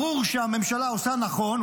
ברור שהממשלה עושה נכון,